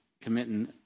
committing